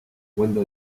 cuenta